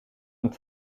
een